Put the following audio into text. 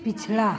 पिछला